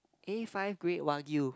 A five grade wagyu